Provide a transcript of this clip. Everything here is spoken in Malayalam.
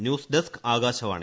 news desk Akashvani